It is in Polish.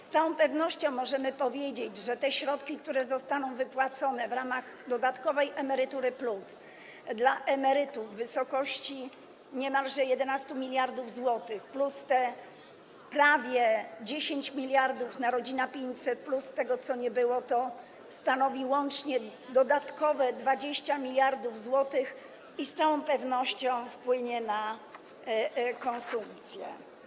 Z całą pewnością możemy powiedzieć, że te środki, które zostaną wypłacone w ramach dodatkowej „Emerytury+” dla emerytów w wysokości niemalże 11 mld zł plus prawie 10 mld zł z „Rodzina 500+” z tego, co nie było, stanowią łącznie dodatkowe 20 mld zł i z całą pewnością wpłyną na konsumpcję.